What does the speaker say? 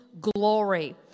glory